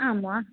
आम् वा